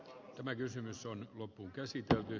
homekysymys on loppuun käsitelty